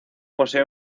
posee